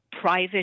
private